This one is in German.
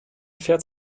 fährt